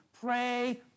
pray